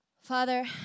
Father